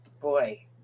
Boy